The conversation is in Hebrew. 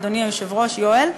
אדוני היושב-ראש יואל,